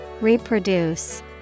Reproduce